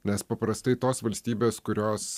nes paprastai tos valstybės kurios